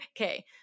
Okay